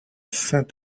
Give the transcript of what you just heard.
saint